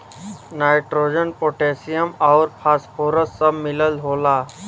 nitrogen potassium आउर phosphorus सब मिलल होला